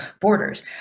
borders